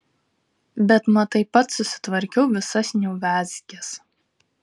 bet matai pats susitvarkiau visas neuviazkes